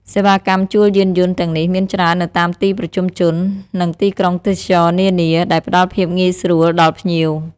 សេវាកម្មជួលយានយន្តទាំងនេះមានច្រើននៅតាមទីប្រជុំជន និងទីក្រុងទេសចរណ៍នានា ដែលផ្តល់ភាពងាយស្រួលដល់ភ្ញៀវ។